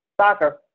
soccer